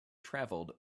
travelled